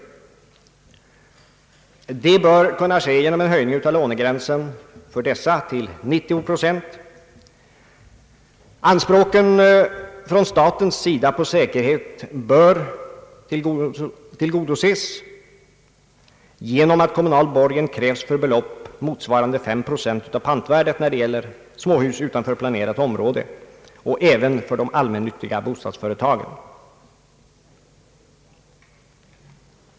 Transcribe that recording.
Detta bör kunna ske genom en höjning av övre lånegränsen till 90 procent. Statens anspråk på säkerhet bör kunna tillgodoses genom att kommunal borgen krävs för belopp motsvarande 5 procent av pantvärdet när det gäller småhus utom planerat område och allmännyttiga bostadsföretag.